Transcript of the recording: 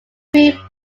three